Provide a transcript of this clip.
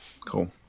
cool